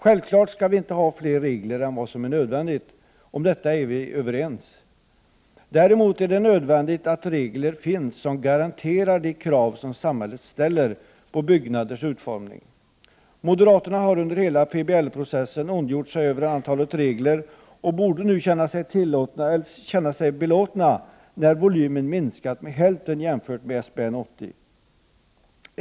Självfallet skall vi inte ha fler regler än som är nödvändigt. Om detta är vi överens. Däremot är det nödvändigt att det finns regler som garanterar de krav som samhället ställer på byggnaders utformning. Moderaterna har under hela PBL-processen ondgjort sig över antalet regler och borde känna sig belåtna nu, när volymen minskat med hälften jämfört med SBN 80.